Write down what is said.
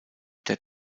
der